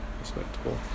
Respectable